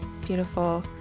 beautiful